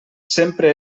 sempre